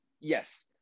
Yes